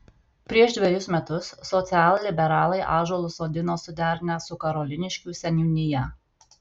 prieš dvejus metus socialliberalai ąžuolus sodino suderinę su karoliniškių seniūnija